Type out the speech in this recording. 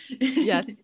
Yes